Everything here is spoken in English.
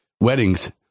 weddings